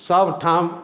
सब ठाम